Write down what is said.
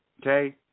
Okay